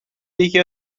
یکی